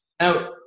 Now